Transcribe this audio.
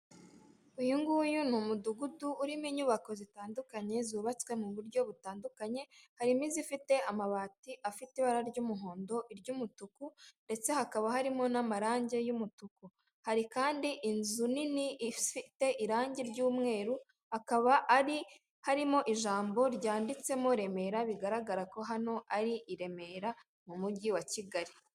Uyu nguyu ni umudugudu urimo inyubako zitandukanye zubatswe mu buryo butandukanye, harimo izifite amabati afite ibara ry'umuhondo, iry'umutuku ndetse hakaba harimo n'amarangi y'umutuku, hari kandi inzu nini ifite irangi ry'umweru, akaba ari harimo ijambo ryanditsemo Remera bigaragara ko hano ari i Remera mu mujyi wa Kigali.